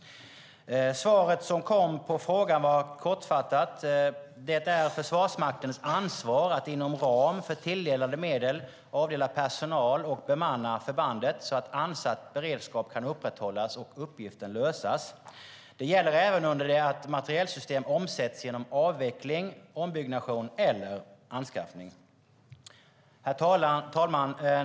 Svaret som kom på frågan var kortfattat: "Det är Försvarsmaktens ansvar att inom ram för tilldelade medel avdela personal och bemanna förbandet så att ansatt beredskap kan upprätthållas och uppgiften lösas. Det gäller även under det att materielsystem omsätts genom avveckling, ombyggnation eller anskaffning." Herr talman!